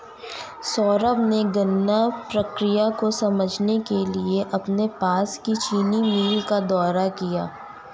सौरभ ने गन्ना प्रक्रिया को समझने के लिए अपने पास की चीनी मिल का दौरा किया